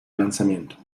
lanzamiento